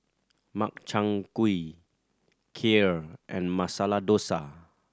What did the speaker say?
Makchang Gui Kheer and Masala Dosa